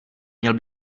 měl